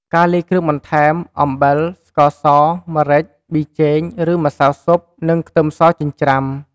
ការលាយគ្រឿង បន្ថែមអំបិល ស្ករស ម្រេច ប៊ីចេង ឬម្សៅស៊ុប និងខ្ទឹមសចិញ្ច្រាំ។